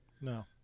no